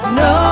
no